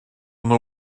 nhw